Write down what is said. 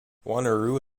wanneroo